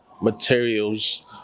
materials